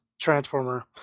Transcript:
Transformer